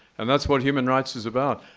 and that's what human rights is about.